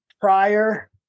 prior